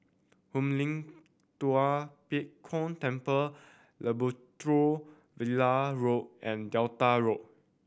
Hoon Lim Tua Pek Kong Temple Labrador Villa Road and Delta Road